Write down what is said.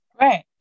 right